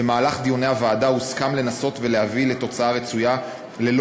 במהלך דיוני הוועדה הוסכם לנסות ולהביא לתוצאה רצויה ללא